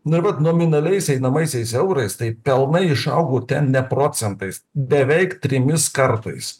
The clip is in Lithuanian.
nu vat nominaliais einamaisiais eurais tai pelnai išaugo ten ne procentais beveik trimis kartais